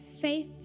faith